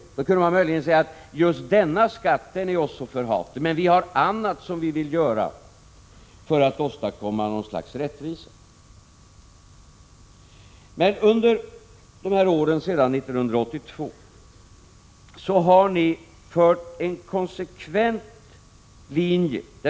Då kunde de möjligen säga: Just denna skatt är oss så förhatlig, men vi har annat som vi vill göra för att åstadkomma något slags rättvisa. Sedan 1982 har ni emellertid fört en konsekvent linje.